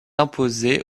imposé